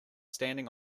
standing